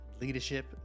leadership